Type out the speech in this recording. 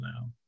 now